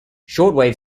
shortwave